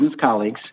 colleagues